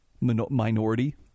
minority